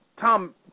Tom